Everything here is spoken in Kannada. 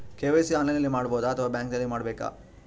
ಕೆ.ವೈ.ಸಿ ಆನ್ಲೈನಲ್ಲಿ ಮಾಡಬಹುದಾ ಅಥವಾ ಬ್ಯಾಂಕಿನಲ್ಲಿ ಮಾಡ್ಬೇಕಾ?